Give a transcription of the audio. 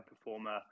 performer